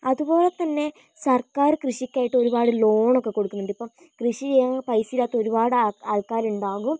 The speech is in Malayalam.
അതുപോലത്തന്നെ സർക്കാര് കൃഷിക്കായിട്ട് ഒരുപാട് ലോണൊക്കെ കൊടുക്കുന്നുണ്ടിപ്പം കൃഷി ചെയ്യുകയാണെങ്കിൽ പൈസയില്ലാത്ത ഒരുപാട് ആൾ ആൾക്കാരുണ്ടാകും